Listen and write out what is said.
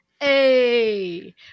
hey